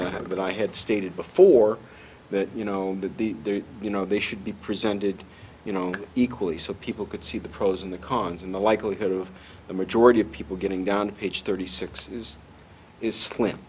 that i had stated before that you know that the you know they should be presented you know equally so people could see the pros and the cons and the likelihood of the majority of people getting down to page thirty six is is slim